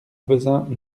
vezin